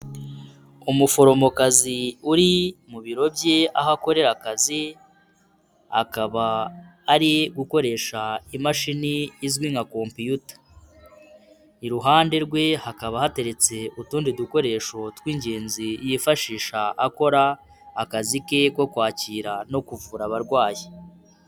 Umuforomokazi uri mu biro bye aho akorera akazi, akaba ari gukoresha imashini izwi nka kompiyuta, iruhande rwe hakaba hateretse utundi dukoresho tw'ingenzi yifashisha akora akazi ke ko kwakira no kuvura abarwayi.